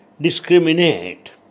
discriminate